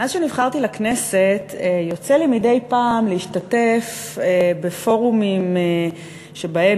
מאז נבחרתי לכנסת יוצא לי מדי פעם להשתתף בפורומים שבהם